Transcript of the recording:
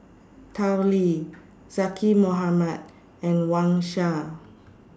Tao Li Zaqy Mohamad and Wang Sha